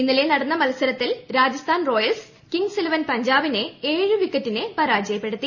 ഇന്നലെ നടന്ന മത്സരത്തിൽ രാജസ്ഥാൻ റോയൽസ് കിംഗ്സ് ഇലവൻ പഞ്ചാബിനെ ഏഴു വിക്കറ്റിന് പരാജയപ്പെടുത്തി